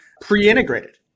pre-integrated